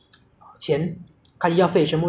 所以我就是要放弃